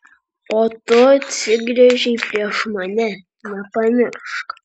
o tu atsigręžei prieš mane nepamiršk